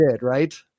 right